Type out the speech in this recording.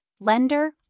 lender